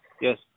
Yes